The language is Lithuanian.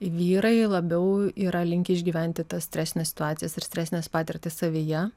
vyrai labiau yra linkę išgyventi tas stresines situacijas ir stresines patirtis savyje